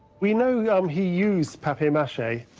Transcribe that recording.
we know yeah um he used papier-mache.